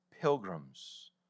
pilgrims